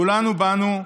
כולנו באנו,